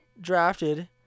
drafted